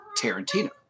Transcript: Tarantino